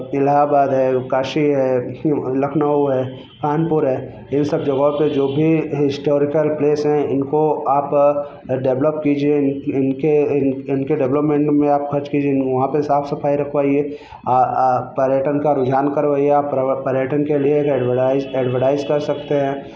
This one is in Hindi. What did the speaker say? एलाहाबाद है काशी है लखनऊ है कानपुर है इन सब जगहों पर जो भी हिस्टोरिकल प्लेस हैं इनको आप अ डेवलप कीजिए इनके डेवलपमेंट में आप खर्च कीजिए वहाँ पर साफ सफाई रखवाइए पर्यटन का रुझान करवाइए आप पर्यटन के लिए एडवर्टाइज कर सकते हैं